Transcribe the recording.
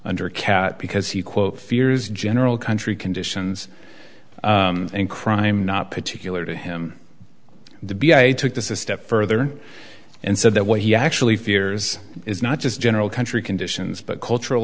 under a cat because he quote fears general country conditions in crime not particular to him the b i took this a step further and said that what he actually fears is not just general country conditions but cultural